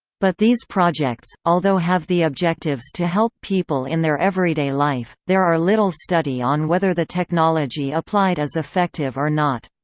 but these projects, although have the objectives to help people in their everyday life, there are little study on whether the technology applied is effective or not.